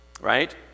Right